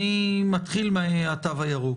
אני מתחיל מהתו הירוק.